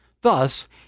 Thus